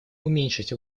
уменьшить